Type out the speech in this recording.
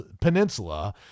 Peninsula